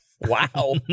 Wow